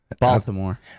Baltimore